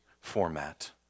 format